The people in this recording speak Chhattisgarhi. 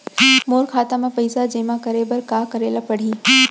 मोर खाता म पइसा जेमा करे बर का करे ल पड़ही?